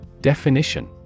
Definition